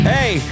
Hey